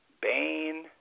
Bane